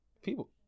People